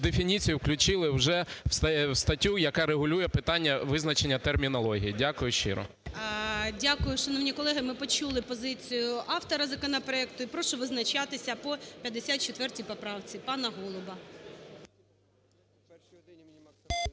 дефініцію включити вже у статтю, яка регулює питання визначення термінологій. Дякую щиро. ГОЛОВУЮЧИЙ. Дякую. Шановні колеги, ми почули позицію автора законопроекту. Прошу визначатися по 54 поправці пана Голуба